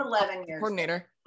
coordinator